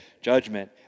judgment